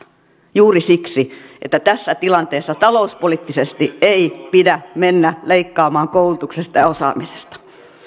juuri siksi että tässä tilanteessa talouspoliittisesti ei pidä mennä leikkaamaan koulutuksesta ja osaamisesta